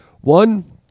one